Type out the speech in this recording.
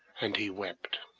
and he wept